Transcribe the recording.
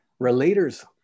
Relators